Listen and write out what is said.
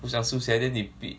不想输钱 leh 你比